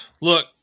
Look